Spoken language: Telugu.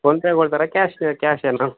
ఫోన్ పే కొడతారా క్యాష్ క్యాషా